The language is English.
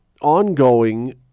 ongoing